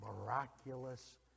Miraculous